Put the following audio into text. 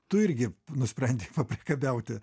tu irgi nusprendei papriekabiauti